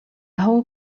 whole